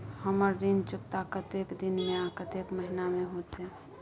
हमर ऋण चुकता कतेक दिन में आ कतेक महीना में होतै?